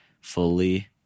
fully